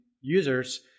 users